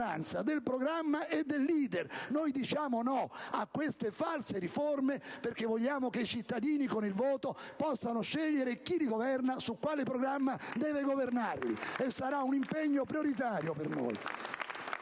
del programma e del leader. Noi diciamo no a queste false riforme, perché vogliamo che i cittadini possano scegliere con il voto chi li governa e su quale programma deve governarli. Questo sarà un impegno prioritario per noi.